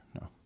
no